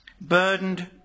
burdened